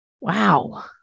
Wow